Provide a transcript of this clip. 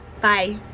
bye